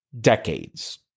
decades